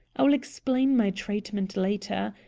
i will explain my treatment later.